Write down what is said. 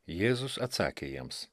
jėzus atsakė jiems